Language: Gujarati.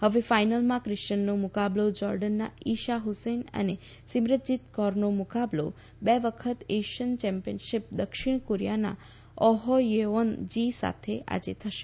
ફવે ફાયનલમાં ક્રિશનનો મુકાબલો જોર્ડનના ઇશા હ્સેન અને સીમરનજીત કૌરનો મુકાબલો બે વખતના એશિયન ચેમ્પીયન દક્ષિણ કોરીયાના ઓફો યેઓન જી સાથે આજે થશે